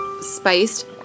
Spiced